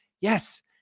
Yes